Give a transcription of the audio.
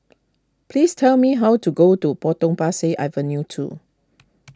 please tell me how to go to Potong Pasir Avenue two